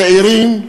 צעירים,